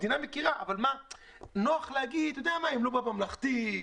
המדינה מכירה אבל נוח להגיד שהם לא בממלכתי,